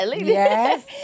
yes